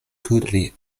kudri